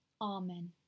Amen